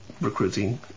recruiting